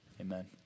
Amen